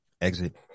exit